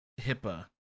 hipaa